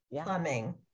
plumbing